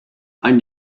ein